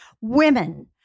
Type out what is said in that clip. Women